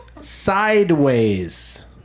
sideways